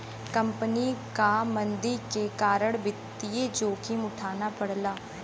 company क मंदी के कारण वित्तीय जोखिम उठाना पड़ला